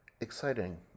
exciting